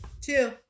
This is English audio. Two